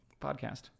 podcast